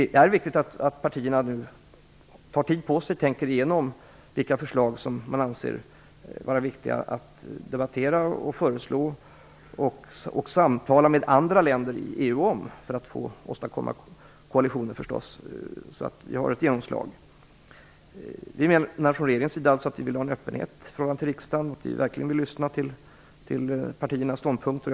Det är viktigt att partierna nu tar tid på sig och tänker igenom vilka förslag som man anser vara angelägna att debattera med andra länder i EU om för att man skall kunna åstadkomma koalitioner så att vi får ett genomslag. Vi från regeringen vill alltså ha en öppenhet i förhållande till riksdagen. Vi kommer verkligen att lyssna till partiernas ståndpunkter.